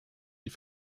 die